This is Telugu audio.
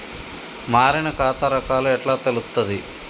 మారిన ఖాతా రకాలు ఎట్లా తెలుత్తది?